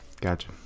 gotcha